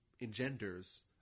engenders